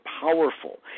powerful